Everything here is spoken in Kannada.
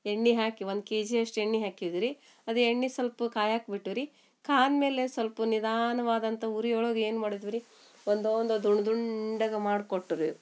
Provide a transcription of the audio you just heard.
ಎಣ್ಣೆ ಹಾಕಿ ಒಂದು ಕೆಜಿ ಅಷ್ಟು ಎಣ್ಣೆ ಹಾಕಿದ್ದು ರೀ ಅದು ಎಣ್ಣೆ ಸಲ್ಪ ಕಾಯಕ್ಕ ಬಿಟ್ಟು ರೀ ಕಾದ ಮೇಲೆ ಸಲ್ಪ ನಿಧಾನವಾದಂಥ ಉರಿ ಒಳಗೆ ಏನು ಮಾಡಿದ್ವು ರೀ ಒಂದೊಂದೇ ದುಂಡ ದುಂಡಗೆ ಮಾಡಿಕೊಟ್ಟು ರೀ